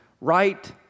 right